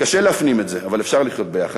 קשה להפנים את זה, אבל אפשר לחיות יחד.